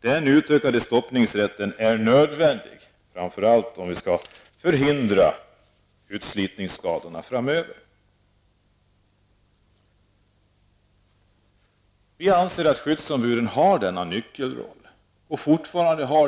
Den utökade stoppningsrätten är nödvändig, framför allt om vi skall kunna förhindra utslitningsskador framöver. Skyddsombuden har